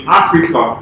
africa